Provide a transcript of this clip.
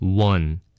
One